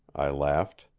i laughed.